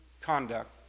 conduct